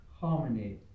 harmony